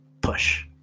Push